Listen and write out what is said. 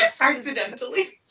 Accidentally